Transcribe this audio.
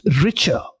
richer